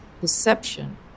perception